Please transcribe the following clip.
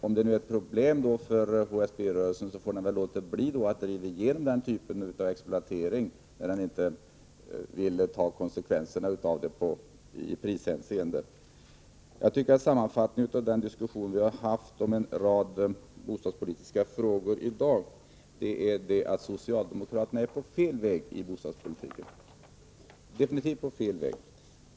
Om det är problem för HSB-rörelsen med den typen av exploatering får man väl låta bli att driva igenom den — om man inte vill ta konsekvenserna i prishänseende. Sammanfattningen av den diskussion vi i dag har fört om en rad bostadspolitiska frågor är att socialdemokraterna definitivt är på fel väg i bostadspolitiken.